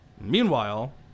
Meanwhile